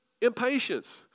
Impatience